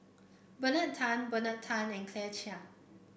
Bernard Tan Bernard Tan and Claire Chiang